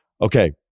Okay